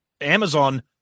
amazon